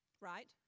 right